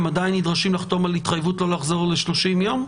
הם עדיין נדרשים לחתום על התחייבות לא לחזור ל-30 ימים?